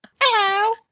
Hello